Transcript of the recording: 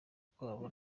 kwabo